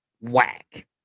Whack